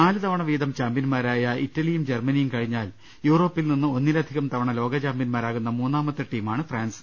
നാലു തവണ വീതം ചാമ്പ്യന്മാരായു ഇറ്റലിയും ജർമ്മ നിയും കഴിഞ്ഞാൽ യൂറോപ്പിൽ നിന്ന് ഒന്നിലധികം തവണ ലോകചാമ്പ്യ ന്മാരാകുന്ന മൂന്നാമത്തെ ടീമാണ് ഫ്രാൻസ്